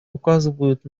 указывают